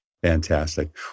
Fantastic